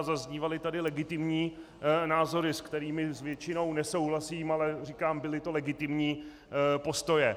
Zaznívaly tady legitimní názory, s kterými z většiny nesouhlasím, ale říkám, byly to legitimní postoje.